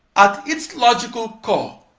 at its logical core,